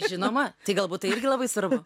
žinoma tai galbūt tai irgi labai svarbu